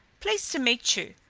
pleased to meet you.